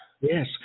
Yes